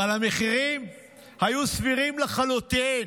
אבל המחירים היו סבירים לחלוטין,